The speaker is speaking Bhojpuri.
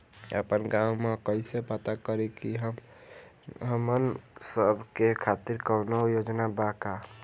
आपन गाँव म कइसे पता करि की हमन सब के खातिर कौनो योजना बा का?